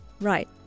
Right